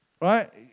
Right